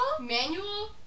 Manual